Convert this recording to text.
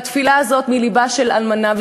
והתפילה הזאת היא מלבה של אלמנה,